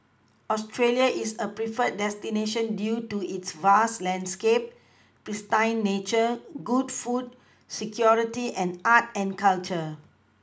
Australia is a preferred destination due to its vast landscape pristine nature good food security and art and culture